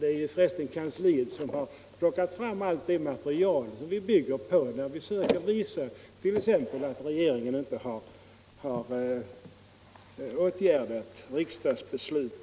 Det är för resten kansliet som har plockat fram allt det material som vi bygger på när vi söker visa t.ex. att regeringen inte har åtgärdat något riksdagens beslut.